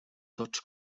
tots